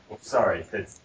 Sorry